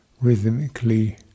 rhythmically